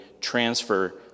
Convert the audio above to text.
transfer